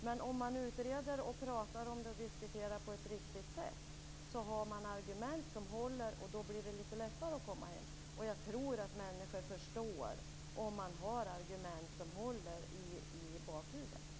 Men om man utreder och diskuterar på ett riktigt sätt får man argument som håller, och då blir det lite lättare att komma hem. Jag tror att människor förstår om man har argument som håller.